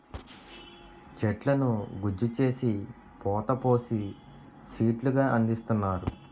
చెట్లను గుజ్జు చేసి పోత పోసి సీట్లు గా అందిస్తున్నారు